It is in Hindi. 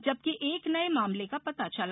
जबकि एक नये मामले का पता चला